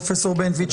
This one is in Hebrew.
פרופ' בנטואיץ,